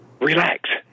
relax